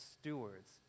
stewards